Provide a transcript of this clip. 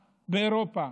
באירופה,